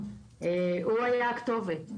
הוא היה הכתובת,